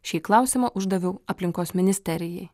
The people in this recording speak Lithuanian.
šį klausimą uždaviau aplinkos ministerijai